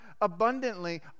abundantly